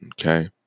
Okay